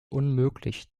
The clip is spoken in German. unmöglich